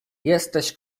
jesteś